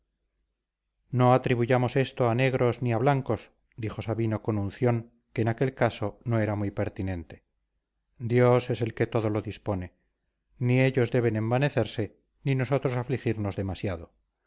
no atribuyamos esto a negros ni a blancos dijo sabino con unción que en aquel caso no era muy pertinente dios es el que todo lo dispone ni ellos deben envanecerse ni nosotros afligirnos demasiado